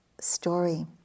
story